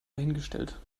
dahingestellt